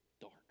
dark